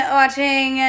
watching